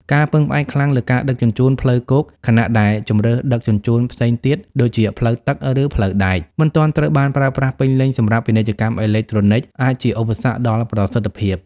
ការពឹងផ្អែកខ្លាំងលើការដឹកជញ្ជូនផ្លូវគោក ខណៈដែលជម្រើសដឹកជញ្ជូនផ្សេងទៀត (ដូចជាផ្លូវទឹក ឬផ្លូវដែក) មិនទាន់ត្រូវបានប្រើប្រាស់ពេញលេញសម្រាប់ ពាណិជ្ជកម្មអេឡិចត្រូនិក អាចជាឧបសគ្គដល់ប្រសិទ្ធភាព។